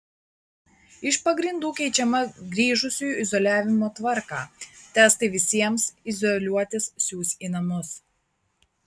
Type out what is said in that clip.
iš pagrindų keičiama grįžusiųjų izoliavimo tvarką testai visiems izoliuotis siųs į namus